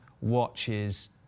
watches